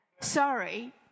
Sorry